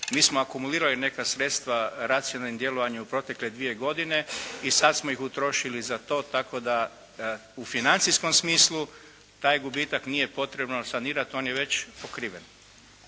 mi smo akumulirali neka sredstva racionalnim djelovanjem u protekle dvije godine i sad smo ih utrošili za to tako da u financijskom smislu taj gubitak nije potrebno sanirati. On je već pokriven.